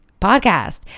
podcast